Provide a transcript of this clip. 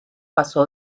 pasó